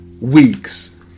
weeks